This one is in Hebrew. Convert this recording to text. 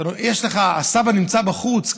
הסבא נמצא בחוץ,